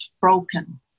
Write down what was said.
broken